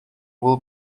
will